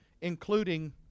including